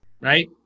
right